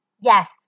Yes